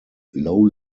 low